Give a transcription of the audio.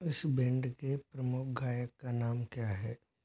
इस बैंड के प्रमुख गायक का नाम क्या है